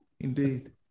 Indeed